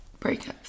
breakups